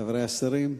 חברי השרים,